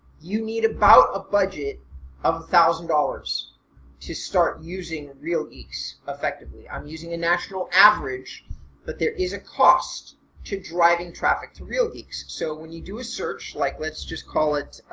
you need about a budget of one thousand dollars to start using real geeks effectively. i'm using a national average but there is a cost to driving traffic to real geeks. so when you do a search like let's just call it.